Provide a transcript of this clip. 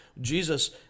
Jesus